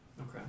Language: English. okay